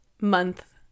month